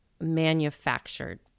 manufactured